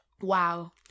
wow